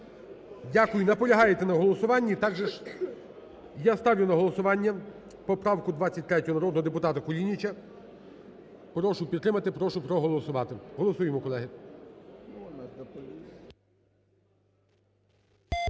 Дякую. Наполягаєте на голосуванні, так же ж? Я ставлю на голосування поправку 23 народного депутата Кулініча. Прошу підтримати, прошу проголосувати. Голосуємо, колеги.